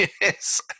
Yes